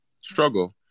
struggle